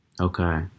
okay